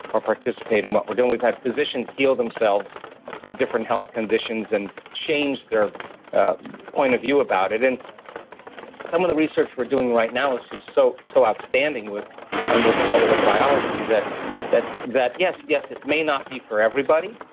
or participate in what we're doing we've had physicians heal themselves of different health conditions and change their point of view about it. and some of the research we're doing right now is just so so outstanding with and with cellular biology is that that yes yes it may not be for everybody,